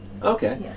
Okay